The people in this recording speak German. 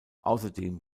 außerdem